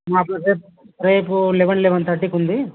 మాకు రేపు రేపు లెవెన్ లెవెన్ థర్టీకి ఉంది